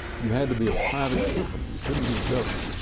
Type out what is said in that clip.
you had to be a private company. you couldn't be government.